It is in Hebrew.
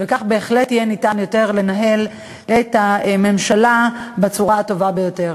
וכך בהחלט יהיה אפשרי יותר לנהל את הממשלה בצורה הטובה ביותר.